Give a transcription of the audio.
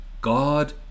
God